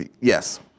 yes